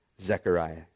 Zechariah